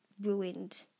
ruined